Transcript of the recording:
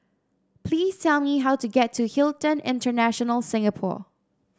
please tell me how to get to Hilton International Singapore